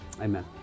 amen